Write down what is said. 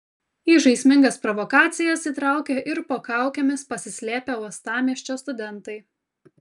į žaismingas provokacijas įtraukė ir po kaukėmis pasislėpę uostamiesčio studentai